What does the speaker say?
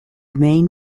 main